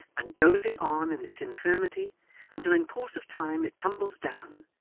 and dozing on in its infirmity until in course of time it tumbles down,